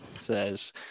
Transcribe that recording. says